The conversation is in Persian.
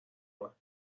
اومد